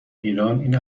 ایران، این